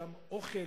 אוכל,